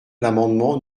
l’amendement